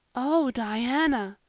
oh, diana,